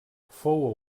fou